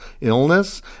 illness